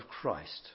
Christ